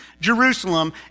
Jerusalem